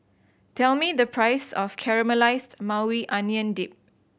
tell me the price of Caramelized Maui Onion Dip